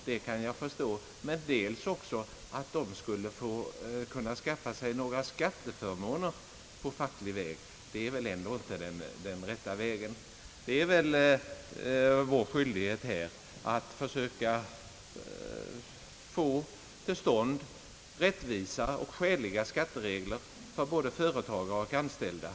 Men jag blev ganska förvånad över hans uppfattning att de också skulle kunna skaffa sig skatteförmåner på facklig väg. Det är väl ändå inte den rätta vägen. Det är vår skyldighet här i riksdagen att försöka få till stånd rättvisa och skäliga skatteregler för både företagare och anställda.